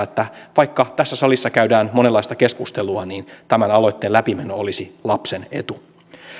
että vaikka tässä salissa käydään monenlaista keskustelua niin tämän aloitteen läpimeno olisi lapsen etu